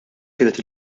kienet